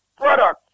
product